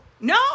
No